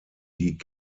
die